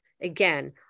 Again